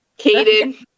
Caden